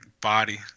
body